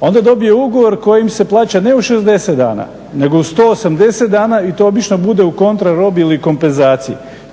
onda dobije ugovor kojim se plaća ne u 60 dana nego u 180 dana i to obično bude u kontra robi ili kompenzaciji.